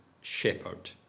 shepherd